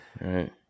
Right